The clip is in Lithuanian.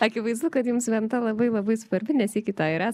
akivaizdu kad jums venta labai labai svarbi ne sykį tą ir esat